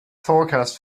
forecast